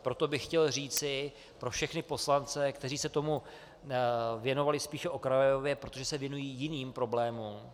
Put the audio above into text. Proto bych chtěl říci pro všechny poslance, kteří se tomu věnovali spíše okrajově, protože se věnují jiným problémům: